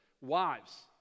wives